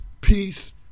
Peace